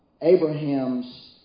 Abraham's